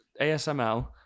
ASML